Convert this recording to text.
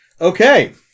Okay